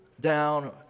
down